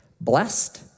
Blessed